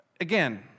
again